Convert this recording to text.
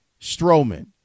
Strowman